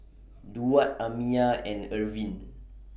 Durward Amiah and Irvin